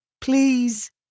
please